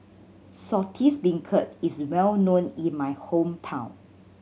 Saltish Beancurd is well known in my hometown